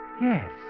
Yes